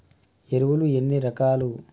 ఎరువులు ఎన్ని రకాలు?